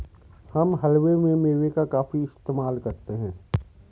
हम हलवे में मेवे का काफी इस्तेमाल करते हैं